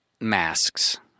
masks